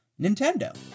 Nintendo